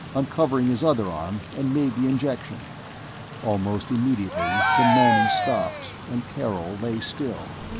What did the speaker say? uncovering his other arm, and made the injection almost immediately the moaning stopped and karol lay still.